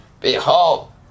Behold